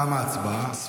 תמה ההצבעה.